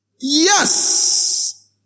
yes